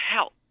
help